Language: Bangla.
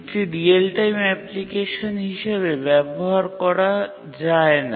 এটি রিয়েল টাইম অ্যাপ্লিকেশন হিসাবে ব্যবহার করা যায় না